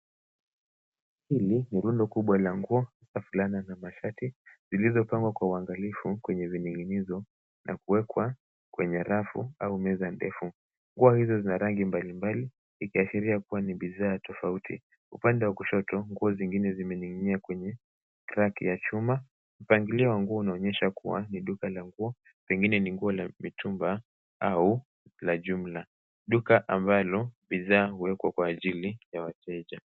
Hili ni rundo kubwa la nguo la fulana na mashati zililopangwa kwa uangalifu kwenye vining'inizo na kuwekwa kwenye rafu au meza ndefu. Nguo hizo zina rangi mbalimbali ikiashiria kuwa ni bidhaa tofauti. Upande wa kushoto, nguo zingine zimening'inia kwenye rack ya chuma. Mpangilio wa nguo unaonyesha kuwa ni duka la nguo pengine ni nguo la mitumba au la jumla; duka ambalo bidhaa huwekwa kwa ajili ya wateja.